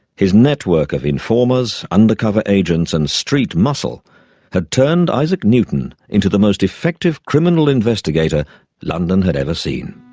his network of informers, undercover agents and street muscle had turned isaac newton into the most effective criminal investigator london had ever seen.